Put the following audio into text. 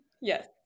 Yes